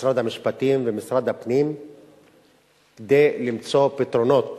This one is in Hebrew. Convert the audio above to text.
למשרד המשפטים ולמשרד הפנים כדי למצוא פתרונות